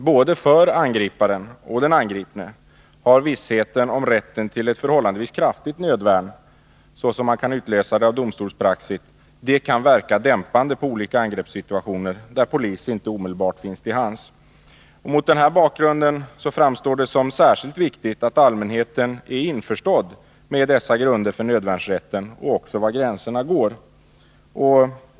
Både för angriparen och den angripne kan vissheten om rätten till ett förhållandevis kraftigt nödvärn, såsom man kan utläsa det i domstolspraxis, verka dämpande på olika angreppssituationer där polis inte omedelbart finns till hands. Mot denna bakgrund framstår det som särskilt viktigt att allmänheten är införstådd med grunderna för nödvärnsrätten och är medveten om var gränserna går.